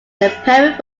poem